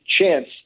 chance